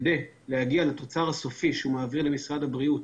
כדי להגיע לתוצר הסופי שהוא מעביר למשרד הבריאות,